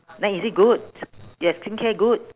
then is it good their skincare good